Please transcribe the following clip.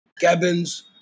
cabins